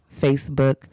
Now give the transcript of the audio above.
Facebook